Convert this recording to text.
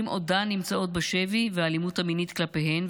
עודן נמצאות בשבי והאלימות המינית כלפיהן,